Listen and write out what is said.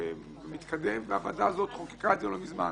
חדש ומתקדם והוועדה הזאת חוקקה את זה לא מזמן.